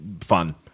fun